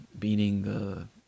meaning